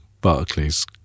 Barclays